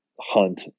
hunt